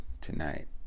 tonight